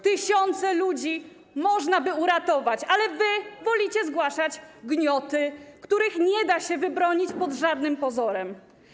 Tysiące ludzi można by uratować, ale wy wolicie zgłaszać gnioty, których nie da się wybronić pod żadnym pozorem.